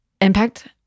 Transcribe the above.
impact